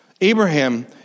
Abraham